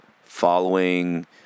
following